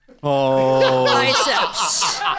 biceps